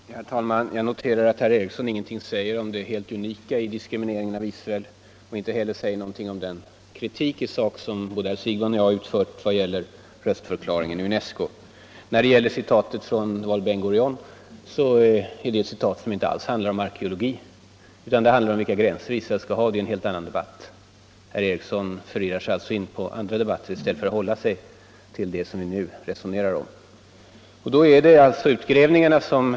Herr talman! Jag noterade att Sture Ericson inte sade någonting om det helt unika i diskrimineringen av Israel och inte heller om den kritik i sak som herr Siegbahn och jag har framfört när det gäller den svenska röstförklaringen i UNESCO. Beträffande citatet av Ben Gurion så är det något som inte alls handlar om arkeologi. Det gäller vilka gränser Israel skall ha. Det är en helt annan debatt. Herr Ericson förirrar sig alltså här in på andra områden i stället för att hålla sig till det som vi nu resonerar om. Och då kommer vi till utgrävningarna.